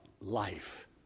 life